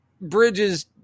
Bridges